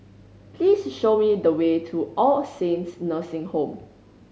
please show me the way to All Saints Nursing Home